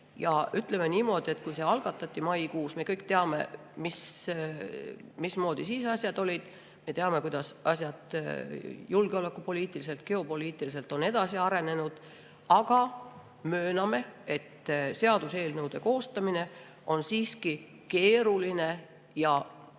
Ja ütleme niimoodi, et see algatati maikuus ja me kõik teame, mismoodi siis asjad olid. Me teame, kuidas asjad julgeolekupoliitiliselt, geopoliitiliselt on edasi arenenud, aga mööname, et seaduseelnõude koostamine on siiski keeruline ja